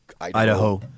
Idaho